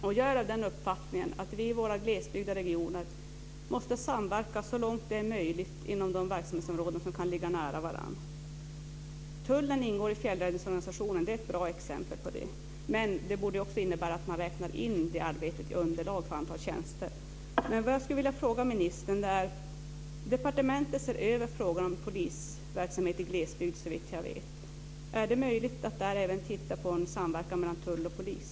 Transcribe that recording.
Jag är av den uppfattningen att vi i våra glesbygdsregioner måste samverka så långt det är möjligt inom de verksamhetsområden som kan ligga nära varandra. Tullen ingår i fjällräddningsorganisationen, och det är ett bra exempel på det. Men det borde också innebära att man räknar in det arbetet i underlaget för antalet tjänster. Vad jag skulle vilja fråga ministern gäller att departementet, såvitt jag vet, ser över frågan om polisverksamhet i glesbygd: Är det möjligt att där även titta på en samverkan mellan tull och polis?